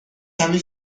کمی